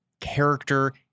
character